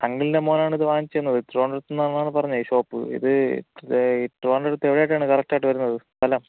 അങ്കിളിൻ്റെ മോനാണ് ഇത് വാങ്ങിച്ചുതന്നത് ട്രിവാന്ഡ്രത്തുനിന്നാണെന്നാണു പറഞ്ഞത് ഷോപ്പ് ഇത് ട്രിവാന്ഡ്രത്ത് എവിടെയായിട്ടാണ് കറക്റ്റായിട്ടു വരുന്നത് സ്ഥലം